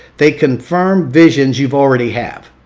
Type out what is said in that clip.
they confirm visions you've already have.